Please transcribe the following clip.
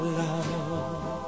love